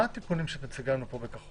מה התיקונים שאת מציגה לנו פה בכחול?